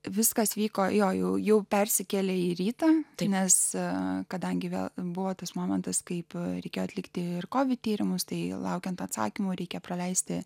viskas vyko jo jau jau persikėlė į rytą tai nesą kadangi vėl buvo tas momentas kaip reikėjo atlikti ir kojų tyrimus tai laukiant atsakymo reikia praleisti